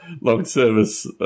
long-service